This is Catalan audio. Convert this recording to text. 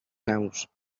naus